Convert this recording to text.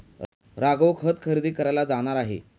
राघव खत खरेदी करायला जाणार आहे